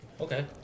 Okay